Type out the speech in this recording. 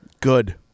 Good